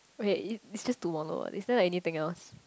wait it it's just tomollow what is there anything else